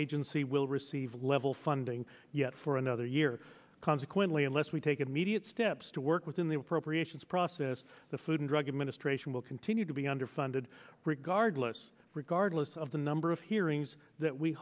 agency will receive level funding yet for another year consequently unless we take immediate steps to work within the appropriations process the food and drug administration will continue to be under funded regardless regardless of the number of hearings that we